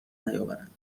نیاورند